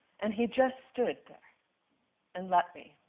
and he just stood there and let me.